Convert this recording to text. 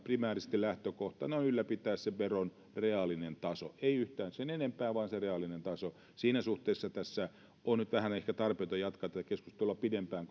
primäärisesti lähtökohtana on ylläpitää sen veron reaalinen taso ei yhtään sen enempää vaan se reaalinen taso siinä suhteessa tässä on nyt vähän ehkä tarpeetonta jatkaa tätä keskustelua pidempään